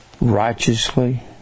righteously